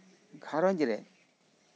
ᱜᱷᱟᱨᱚᱸᱧᱡᱽ ᱨᱮ